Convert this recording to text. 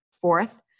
Fourth